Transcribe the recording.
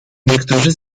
niektórzy